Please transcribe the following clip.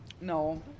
No